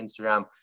Instagram